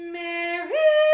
mary